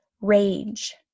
Rage